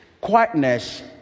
quietness